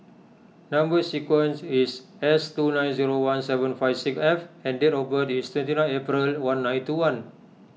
Number Sequence is S two nine zero one seven five six F and date of birth is twenty ninth April one nine two one